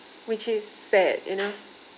which is sad you know